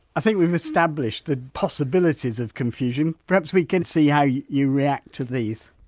think we've established the possibilities of confusion. perhaps we can see how you you react to these.